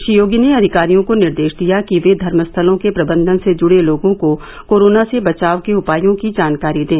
श्री योगी ने अधिकारियों को निर्देश दिया कि वे धर्मस्थलों के प्रबंधन से जुड़े लोगों को कोरोना से बचाव के उपायों की जानकारी दें